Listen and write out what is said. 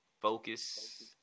Focus